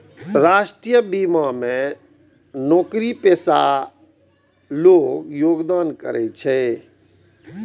राष्ट्रीय बीमा मे नौकरीपेशा लोग योगदान करै छै